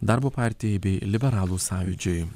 darbo partijai bei liberalų sąjūdžiui